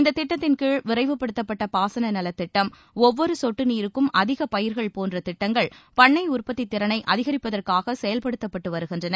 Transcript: இந்த திட்டத்தின்கீழ் விரைவுப்படுத்தப்பட்ட பாசன நலத் திட்டம் ஒவ்வொரு கொட்டு நீருக்கும் அதிக பயிர்கள் போன்ற திட்டங்கள் பண்ணை உற்பத்தி திறனை அதிகரிப்பதற்காக செயல்படுத்தப்பட்டு வருகின்றன